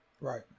Right